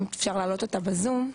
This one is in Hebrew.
אם אפשר להעלות אותה בזום.